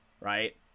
right